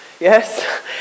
Yes